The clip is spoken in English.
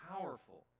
powerful